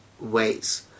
ways